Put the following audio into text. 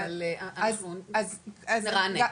אבל אנחנו נרענן.